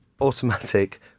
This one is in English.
automatic